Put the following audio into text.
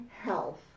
health